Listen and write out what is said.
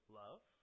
love